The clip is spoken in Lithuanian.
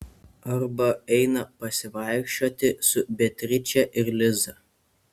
arba eina pasivaikščioti su beatriče ir liza